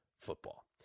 football